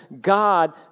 God